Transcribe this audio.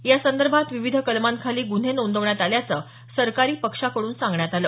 यासंदर्भात विविध कलमांखाली गुन्हे नोंदवण्यात आल्याचं सरकारी पक्षाकडून सांगण्यात आलं